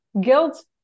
guilt